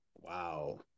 Wow